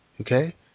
okay